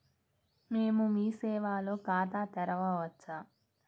మేము మీ సేవలో ఖాతా తెరవవచ్చా?